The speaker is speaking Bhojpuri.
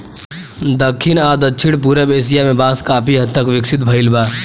दखिन आ दक्षिण पूरब एशिया में बांस काफी हद तक विकसित भईल बा